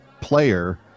player